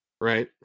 right